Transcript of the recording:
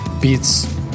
beats